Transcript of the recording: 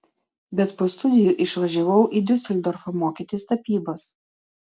bet po studijų išvažiavau į diuseldorfą mokytis tapybos